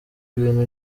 ibintu